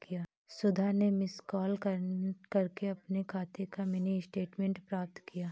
सुधा ने miss call करके अपने खाते का मिनी स्टेटमेंट प्राप्त किया